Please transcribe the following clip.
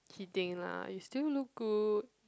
kidding lah you still look good